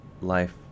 life